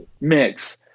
mix